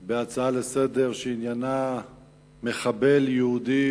בהצעה לסדר-יום שעניינה מחבל יהודי